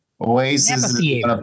Oasis